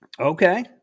Okay